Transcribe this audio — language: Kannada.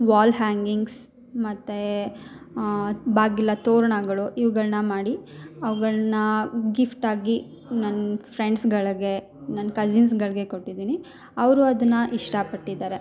ವಾಲ್ ಹ್ಯಾಂಗಿಂಗ್ಸ್ ಮತ್ತು ಬಾಗಿಲ ತೋರಣಗಳು ಇವ್ಗಳ್ನ ಮಾಡಿ ಅವ್ಗಳ್ನ ಗಿಫ್ಟ್ ಆಗಿ ನನ್ನ ಫ್ರೆಂಡ್ಸ್ಗಳಿಗೆ ನನ್ನ ಕಸಿನ್ಸ್ಗಳಿಗೆ ಕೊಟ್ಟಿದ್ದೀನಿ ಅವರು ಅದನ್ನ ಇಷ್ಟಪಟ್ಟಿದ್ದಾರೆ